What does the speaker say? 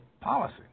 policy